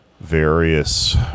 various